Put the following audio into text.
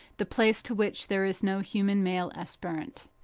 the place to which there is no human male aspirant.